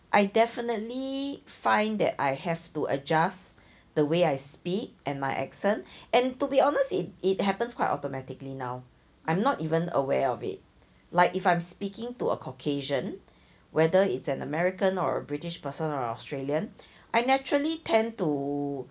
I definitely find that I have to adjust the way I speak and my accent and to be honest it it happens quite automatically now I'm not even aware of it like if I'm speaking to a caucasian whether it's an american or a british person or australian I naturally tend to